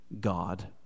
god